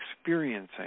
experiencing